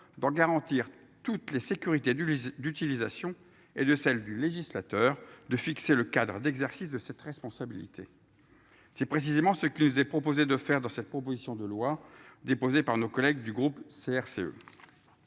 de garantir toutes les sécurités du d'utilisation et de celle du législateur de fixer le cadre d'exercice de cette responsabilité. C'est précisément ce que les ai proposé de faire dans cette proposition de loi déposée par nos collègues du groupe CRCE.